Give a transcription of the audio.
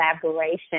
collaboration